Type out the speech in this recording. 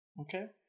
Okay